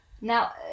Now